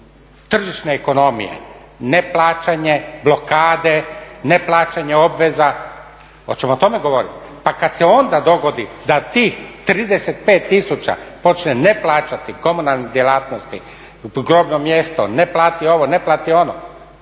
tržišne ekonomije ne plaćanje, blokade, ne plaćanje obveza oćemo o tome govoriti? Pa kad se onda dogodi da tih 35 tisuća počne ne plaćati komunalne djelatnosti, grobno mjesto, ne plati ono, ne plati ono